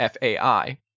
FAI